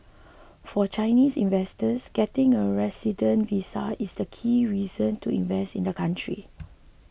for Chinese investors getting a resident visa is the key reason to invest in the country